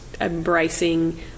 embracing